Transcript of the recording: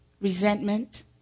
resentment